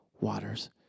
waters